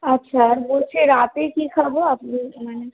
আচ্ছা আর বলছি রাতে কি খাব আপনি মানে